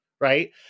right